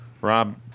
Rob